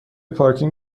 پارکینگ